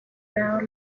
now